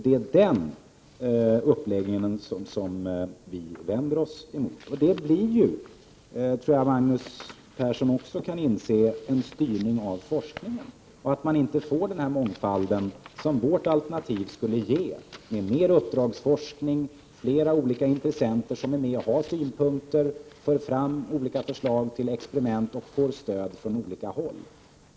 Det är den uppläggningen som vi vänder oss emot. Jag tror att också Magnus Persson kan inse att detta innebär en styrning av forskningen. Man får inte den mångfald som vårt alternativ skulle ge, med mer uppdragsforskning och fler olika intressenter som har synpunkter och för fram olika förslag till experiment och som får stöd från olika håll.